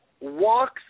walks